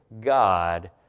God